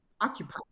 Occupied